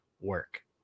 work